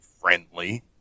friendly